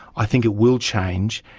i think it will change,